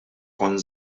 kont